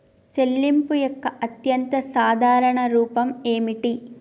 చెల్లింపు యొక్క అత్యంత సాధారణ రూపం ఏమిటి?